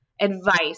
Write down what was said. advice